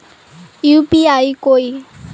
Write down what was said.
UPI कोई